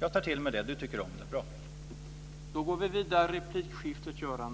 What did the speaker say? jag tar till mig det. Helena Bargholtz tycker om det. Bra!